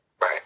Right